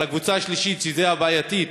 אבל הקבוצה השלישית, שהיא הבעייתית,